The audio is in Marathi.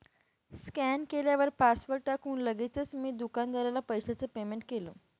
स्कॅन केल्यावर पासवर्ड टाकून लगेचच मी दुकानदाराला पैशाचं पेमेंट केलं